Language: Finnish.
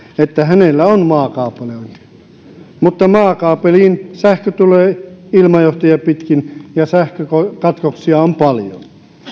että hänellä on maakaapelointi mutta maakaapeliin sähkö tulee ilmajohtoja pitkin ja sähkökatkoksia on paljon